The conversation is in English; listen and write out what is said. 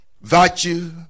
virtue